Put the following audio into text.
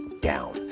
down